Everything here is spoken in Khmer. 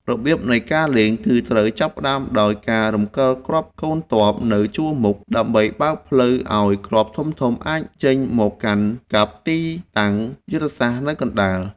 របៀបនៃការលេងគឺត្រូវចាប់ផ្តើមដោយការរំកិលគ្រាប់កូនទ័ពនៅជួរមុខដើម្បីបើកផ្លូវឱ្យគ្រាប់ធំៗអាចចេញមកកាន់កាប់ទីតាំងយុទ្ធសាស្ត្រនៅកណ្តាល។